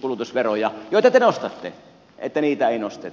kulutusveroja joita te nostatte että niitä ei nosteta